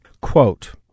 Quote